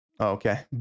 Okay